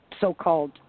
so-called